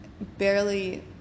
barely